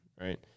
Right